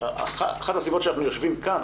אחת הסיבות שאנחנו יושבים כאן